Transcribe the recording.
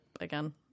again